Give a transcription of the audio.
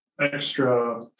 extra